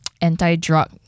anti-drug